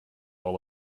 all